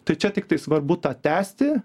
tai čia tiktai svarbu tą tęsti